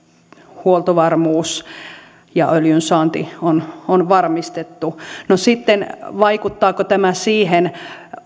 huoltovarmuus ja öljyn saanti on on varmistettu no sitten vaikuttaako tämä siihen